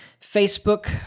Facebook